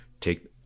take